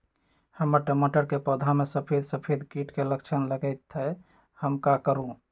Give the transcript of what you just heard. हमर टमाटर के पौधा में सफेद सफेद कीट के लक्षण लगई थई हम का करू?